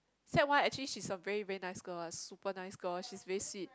sec one actually she's a very very nice girl super nice girl she's very sweet